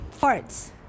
Farts